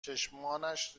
چشمانش